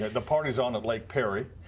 the party is on lake perry.